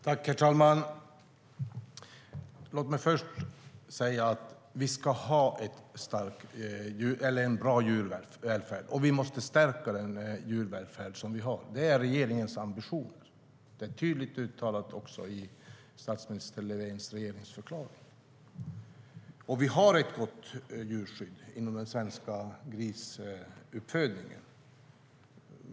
Herr talman! Låt mig först säga att vi ska ha en bra djurvälfärd och att vi måste stärka den djurvälfärd vi har. Det är regeringens ambition, vilket också är tydligt uttalat i statsminister Löfvens regeringsförklaring. Vi har ett gott djurskydd inom den svenska grisuppfödningen.